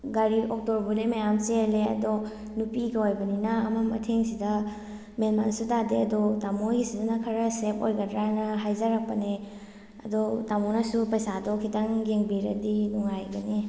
ꯒꯥꯔꯤ ꯑꯣꯛꯇꯣꯕꯨꯗꯤ ꯃꯔꯥꯝ ꯆꯦꯜꯂꯦ ꯑꯗꯣ ꯅꯨꯄꯤꯒ ꯑꯣꯏꯕꯅꯤꯅ ꯑꯃꯝ ꯑꯊꯦꯡꯁꯤꯗ ꯃꯦꯟ ꯃꯥꯟꯁꯨ ꯇꯥꯗꯦ ꯑꯗꯣ ꯇꯥꯃꯣ ꯍꯣꯏꯒꯤꯁꯤꯗꯅ ꯈꯔ ꯁꯦꯞ ꯑꯣꯏꯒꯗ꯭꯭ꯔꯥ ꯍꯥꯏꯅ ꯍꯥꯏꯖꯔꯛꯄꯅꯦ ꯑꯗꯣ ꯇꯥꯃꯣꯅꯁꯨ ꯄꯩꯁꯥꯗꯣ ꯈꯤꯇꯪ ꯌꯦꯡꯕꯤꯔꯗꯤ ꯅꯨꯡꯉꯥꯏꯒꯅꯤ